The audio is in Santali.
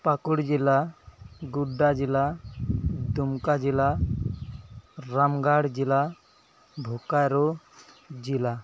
ᱯᱟᱹᱠᱩᱲ ᱡᱮᱞᱟ ᱜᱳᱰᱰᱟ ᱡᱚᱞᱟ ᱫᱩᱢᱠᱟ ᱡᱮᱞᱟ ᱨᱟᱢᱜᱚᱲ ᱡᱮᱞᱟ ᱵᱳᱠᱟᱨᱳ ᱡᱮᱞᱟ